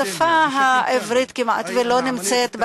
השפה הערבית כמעט לא נמצאת באקדמיה.